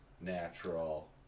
natural